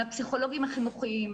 מהפסיכולוגיים החינוכיים,